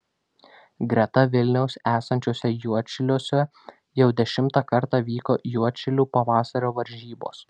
greta vilniaus esančiuose juodšiliuose jau dešimtą kartą vyko juodšilių pavasario varžybos